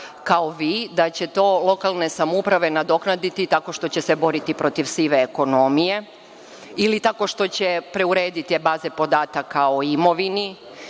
kao vi, da će to lokalne samouprave nadoknaditi tako što će se boriti protiv sive ekonomije ili tako što će preurediti baze podataka o imovini,